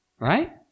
right